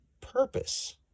purpose